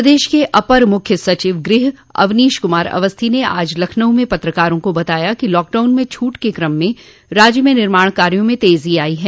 प्रदेश के अपर मुख्य सचिव गृह अवनीश कुमार अवस्थी ने आज लखनऊ में पत्रकारों को बताया कि लॉकडाउन में छूट के क्रम में राज्य में निर्माण कार्यो में तेजी आई है